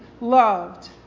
loved